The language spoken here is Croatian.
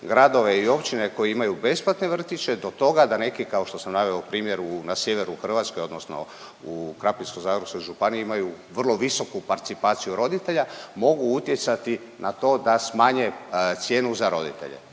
gradove i općine koji imaju besplatne vrtiće, do toga da neki kao što sam naveo u primjeru na sjeveru Hrvatske odnosno u Krapinsko-zagorskoj županiji imaju vrlo visoku participaciju roditelja mogu utjecati na to da smanje cijenu za roditelje.